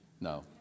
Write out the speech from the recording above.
No